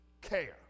care